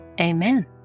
amen